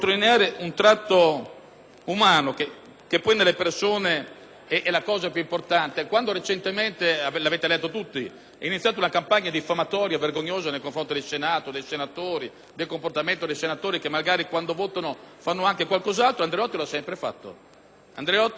che poi nelle persone è l'aspetto più importante. Quando recentemente - lo avrete letto tutti - è iniziata una campagna diffamatoria e vergognosa nei confronti del Senato, del comportamento dei senatori che magari quando votano fanno anche qualcos'altro, mi è venuto da pensare che Andreotti l'ha sempre fatto;